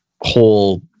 whole